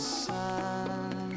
sun